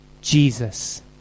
Jesus